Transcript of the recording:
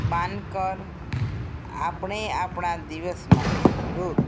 બાનકર આપણે આપણે દિવસમાં વૃદ્ધ